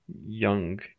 young